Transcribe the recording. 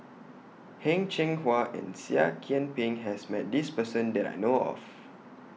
Heng Cheng Hwa and Seah Kian Peng has Met This Person that I know of